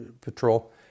patrol